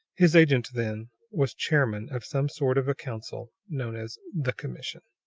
his agent, then, was chairman of some sort of a council, known as the commission.